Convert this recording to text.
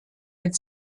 mit